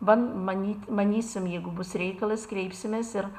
van manyt manysim jeigu bus reikalas kreipsimės ir